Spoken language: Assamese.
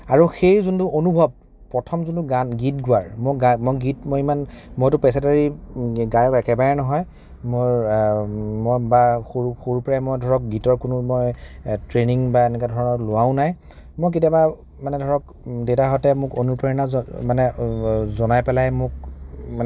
আৰু সেই যোনটো অনুভৱ প্ৰথম যোনটো গীত গোৱাৰ মই মই গীত ইমান মইতো পেছাদাৰী গায়ক একেবাৰে নহয় মোৰ মই বা সৰু সৰুৰ পৰাই মই ধৰক গীতৰ কোনো মই ট্ৰেনিং বা এনেকুৱা ধৰা লোৱাও নাই মই কেতিয়াবা মানে ধৰক দেউতাহঁতে মোক অনুপ্ৰেৰণা মানে জনাই পেলাই মোক